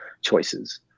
choices